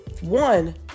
one